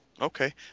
Okay